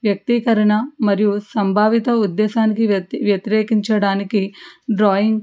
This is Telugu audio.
వ్యక్తీకరణ మరియు సంభావిత ఉద్దేశానికి వ్యతిరేకించడానికి డ్రాయింగ్